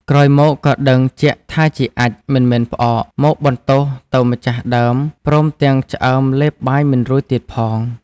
ក្រោយមកក៏ដឹងជាក់ថាជាអាចម៏មិនមែនផ្អក មកបន្ទោសទៅម្ចាស់ដើមព្រមទាំងឆ្អើមលេបបាយមិនរួចទៀតផង។